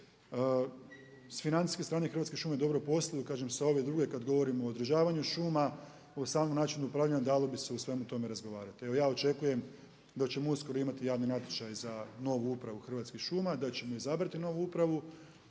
S financijske strane Hrvatske šume dobro posluju kažem sa ove druge kada govorimo o održavanju šuma, o samom načinu upravljanja, dalo bi se o svemu tome razgovarati. Evo ja očekujem da ćemo uskoro imati javni natječaj za novu upravu Hrvatskih šuma, da ćemo izabrati novu upravu